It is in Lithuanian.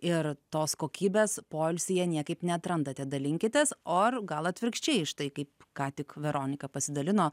ir tos kokybės poilsyje niekaip neatrandate dalinkitės o ir gal atvirkščiai štai kaip ką tik veronika pasidalino